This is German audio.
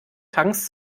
tanks